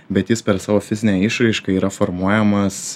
bet jis per savo fizinę išraišką yra formuojamas